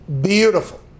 beautiful